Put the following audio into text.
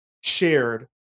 shared